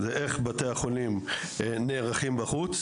זה איך בתי החולים נערכים בחוץ.